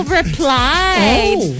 replied